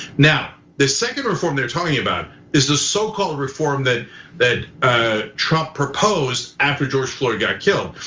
now, the second reform they're telling you about is the so-called reform that that ah trump proposed after george floyd got killed.